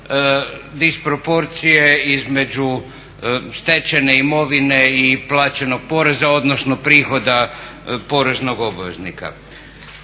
disproporcije između stečene imovine i plaćenog poreza, odnosno prihoda poreznog obveznika.